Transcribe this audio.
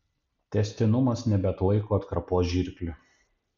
tęstinumas nebeatlaiko atkarpos žirklių